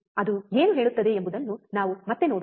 ಅದು ಏನು ಹೇಳುತ್ತದೆ ಎಂಬುದನ್ನು ನಾವು ಮತ್ತೆ ನೋಡೋಣ